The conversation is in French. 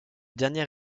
dernier